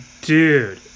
dude